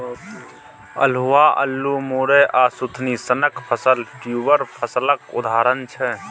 अल्हुआ, अल्लु, मुरय आ सुथनी सनक फसल ट्युबर फसलक उदाहरण छै